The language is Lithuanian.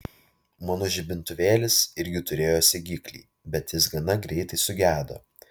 mano žibintuvėlis irgi turėjo segiklį bet jis gana greitai sugedo